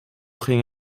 ging